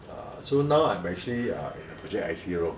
ah so now I'm actually err in a project I_C role